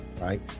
right